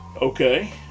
Okay